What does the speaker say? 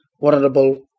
vulnerable